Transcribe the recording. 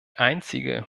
einzige